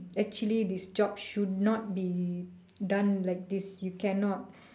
actually this job should not be done like this you cannot